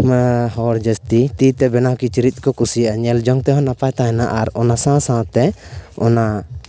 ᱚᱱᱟ ᱦᱚᱲ ᱡᱟᱹᱥᱛᱤ ᱛᱤᱛᱮ ᱵᱮᱱᱟᱣ ᱠᱤᱪᱨᱤᱡ ᱠᱚ ᱠᱩᱥᱤᱭᱟᱜᱼᱟ ᱧᱮᱞᱡᱚᱝ ᱛᱮᱦᱚᱸ ᱱᱟᱯᱟᱭ ᱛᱟᱦᱮᱱᱟ ᱟᱨ ᱚᱱᱟ ᱥᱟᱶ ᱥᱟᱶᱛᱮ ᱚᱱᱟ